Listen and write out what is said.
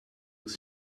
was